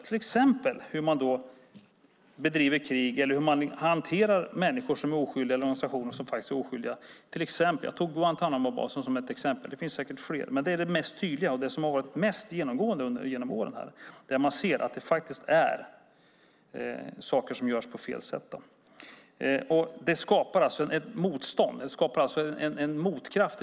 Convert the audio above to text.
Det gäller till exempel hur man bedriver krig eller hur man hanterar människor som är oskyldiga eller organisationer som faktiskt är oskyldiga. Jag tog Guantánamobasen som ett exempel. Det finns säkert fler, men det är det mest tydliga och det som har varit mest genomgående genom åren. Där ser man att det faktiskt är saker som görs på fel sätt. Det skapar ett motstånd. Det skapar en motkraft.